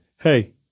Hey